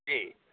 जी